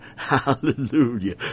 Hallelujah